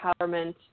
empowerment